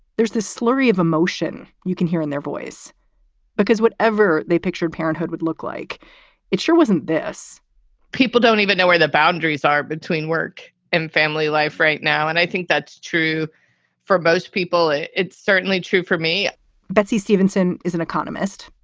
there's this flurry of emotion you can hear in their voice because whatever they pictured, parenthood would look like it sure wasn't this people don't even know where the boundaries are between work and family life right now. and i think that's true for most people. it's certainly true for me betsey stevenson is an economist.